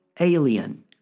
Alien